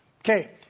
Okay